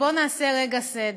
בואו נעשה רגע סדר.